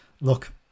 look